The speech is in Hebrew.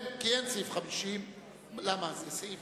כי אין סעיף 50. מסעיפים